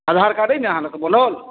आधार कार्ड अइ ने अहाँ लग बनल